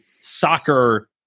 soccer